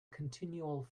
continual